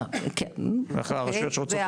הרשויות שרוצות עולים זה דווקא אלה שיש להם פחות כסף.